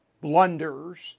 blunders